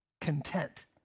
Content